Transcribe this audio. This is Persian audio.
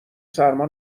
سرما